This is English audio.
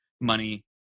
money